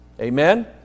Amen